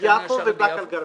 יפו ובאקה אל גרבייה.